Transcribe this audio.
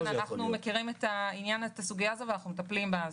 אנחנו מכירים את הסוגיה הזאת ואנחנו מטפלים בה.